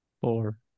four